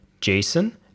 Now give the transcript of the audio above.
jason